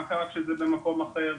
מה קרה כשזה במקום אחר.